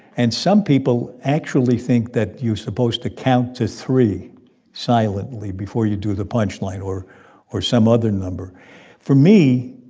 and some people actually think that you're supposed to count to three silently before you do the punchline or or some other number for me,